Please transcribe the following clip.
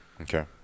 Okay